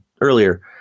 earlier